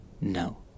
No